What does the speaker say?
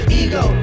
ego